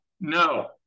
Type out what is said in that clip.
No